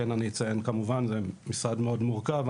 אני אציין כמובן זה משרד מאוד מורכב,